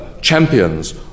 champions